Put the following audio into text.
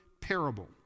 parable